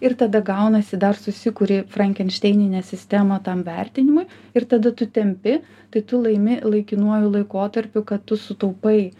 ir tada gaunasi dar susikuri frankenšteininę sistemą tam vertinimui ir tada tu tempi tai tu laimi laikinuoju laikotarpiu kad tu sutaupai